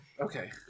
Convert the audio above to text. Okay